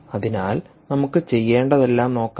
അതിനാൽ നമുക്ക് ചെയ്യേണ്ടതെല്ലാം നോക്കാം